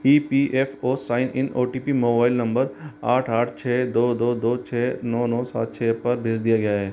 E P F O sign in O T P mobile number आठ आठ छः दो दो दो छः नौ नौ सात छः पर भेज दिया गया है